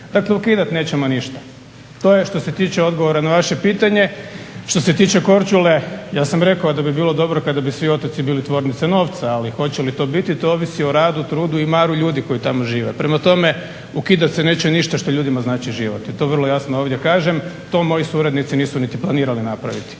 Dakle, ukidat nećemo ništa. To je što se tiče odgovora na vaše pitanje. Što se tiče Korčule ja sam rekao da bi bilo dobro kada bi svi otoci bili tvornice novca, ali hoće li to biti to ovisi o radu, trudu i maru ljudi koji tamo žive. Prema tome, ukidat se neće ništa što ljudima znači život i to vrlo jasno ovdje kažem. To moji suradnici nisu niti planirali napraviti.